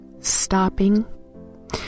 stopping